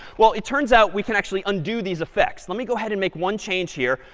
well, it turns out we can actually undo these effects. let me go ahead and make one change here.